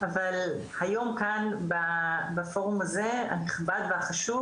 אבל היום כאן בפורום הזה הנכבד והחשוב,